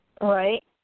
Right